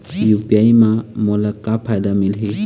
UPI म मोला का फायदा मिलही?